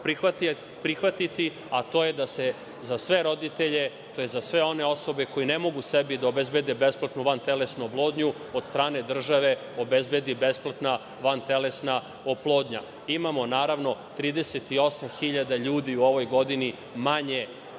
prihvatiti, a to je da se za sve roditelje, tj. za sve one osobe koje ne mogu sebi da obezbede besplatnu vantelesnu oplodnju, od strane države obezbedi besplatna vantelesna oplodnja. Imamo, naravno, 38.000 ljudi u ovoj godini manje